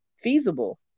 feasible